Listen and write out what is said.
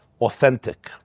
Authentic